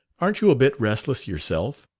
aren't you a bit restless yourself?